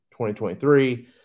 2023